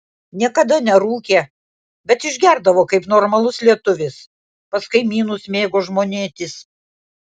niekada nerūkė bet išgerdavo kaip normalus lietuvis pas kaimynus mėgo žmonėtis